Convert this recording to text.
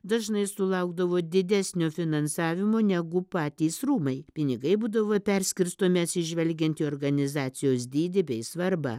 dažnai sulaukdavo didesnio finansavimo negu patys rūmai pinigai būdavo perskirstomi atsižvelgiant į organizacijos dydį bei svarbą